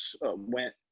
went